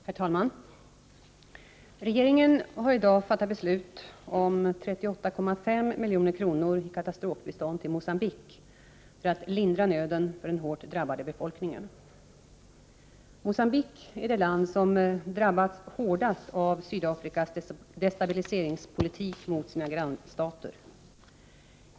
Herr talman! Regeringen har i dag fattat beslut om 38,5 milj.kr. i katastrofbistånd till Mogambique för att lindra nöden för den hårt drabbade befolkningen. Mogambique är det land som drabbats hårdast av Sydafrikas destabiliseringspolitik mot sina grannstater.